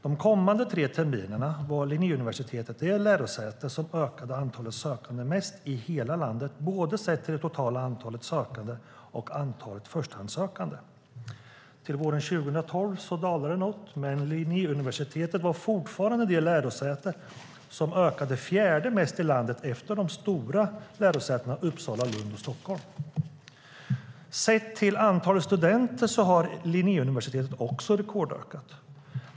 De kommande tre terminerna var Linnéuniversitetet det lärosäte dit antalet sökande ökade mest i hela landet, sett till både det totala antalet sökande och antalet förstahandssökande. Till våren 2012 dalade det något. Men Linnéuniversitetet var fortfarande det lärosäte som låg på fjärde plats när det gäller ökningen av antalet sökande efter de stora lärosätena Uppsala, Lund och Stockholm. Sett till antalet studenter har Linnéuniversitetet också rekordökat.